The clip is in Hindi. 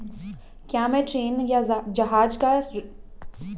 क्या मैं ट्रेन या जहाज़ का रिजर्वेशन घर बैठे कर सकती हूँ इसके लिए कोई ऐप है?